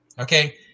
Okay